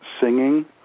singing